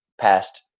past